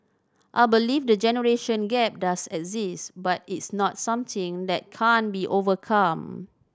I believe the generation gap does exist but it's not something that can't be overcome